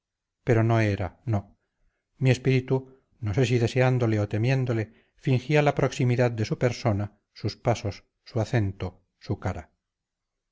pero no era no mi espíritu no sé si deseándole o temiéndole fingía la proximidad de su persona sus pasos su acento su cara